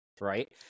right